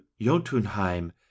Jotunheim